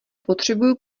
potřebuju